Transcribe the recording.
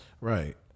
right